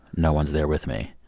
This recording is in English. no one's there with me.